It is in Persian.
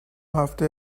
هفته